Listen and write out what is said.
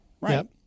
right